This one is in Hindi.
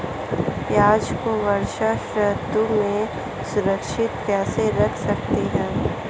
प्याज़ को वर्षा ऋतु में सुरक्षित कैसे रख सकते हैं?